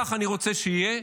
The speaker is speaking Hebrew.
כך אני רוצה שיהיה,